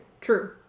True